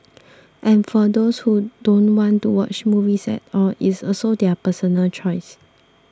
and for those who don't want to watch movies at all it's also their personal choice